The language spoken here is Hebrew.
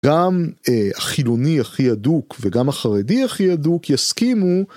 גם החילוני הכי אדוק וגם החרדי הכי אדוק יסכימו.